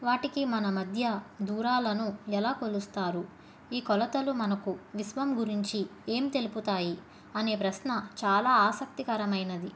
వాటికి మన మధ్య దూరాలను ఎలా కొలుస్తారు ఈ కొలతలు మనకు విశ్వం గురించి ఏం తెలుపుతాయి అనే ప్రశ్న చాలా ఆసక్తికరమైనది